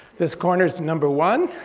this corner's number one,